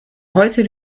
heute